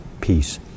peace